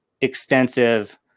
extensive